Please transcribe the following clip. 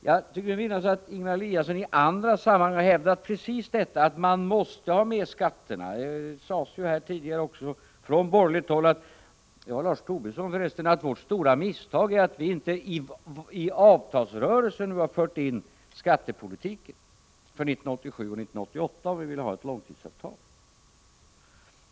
Jag tycker mig minnas att Ingemar Eliasson i andra sammanhang hävdat precis detta att man måste ha med skatterna. Det sades också tidigare från borgerligt håll — av Lars Tobisson för resten — att vårt stora misstag är att vi inte i avtalsrörelsen har fört in skattepolitiken för 1987 och 1988, om vi vill ha ett långtidsavtal.